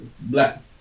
Black